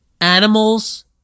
Animals